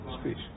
speech